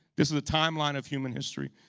this is a timeline of human history.